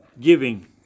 giving